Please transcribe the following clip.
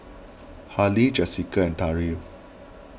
Halie Jesica and Tariq